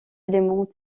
éléments